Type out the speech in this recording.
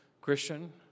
Christian